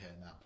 now